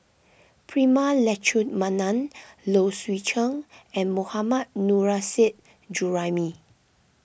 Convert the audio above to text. Prema Letchumanan Low Swee Chen and Mohammad Nurrasyid Juraimi